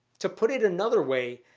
to put it another way,